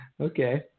Okay